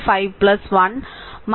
5 1 0